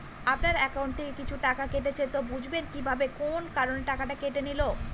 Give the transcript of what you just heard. আপনার একাউন্ট থেকে কিছু টাকা কেটেছে তো বুঝবেন কিভাবে কোন কারণে টাকাটা কেটে নিল?